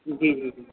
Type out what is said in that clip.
جی جی جی